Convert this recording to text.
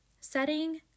Setting